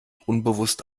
unbewusst